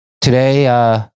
today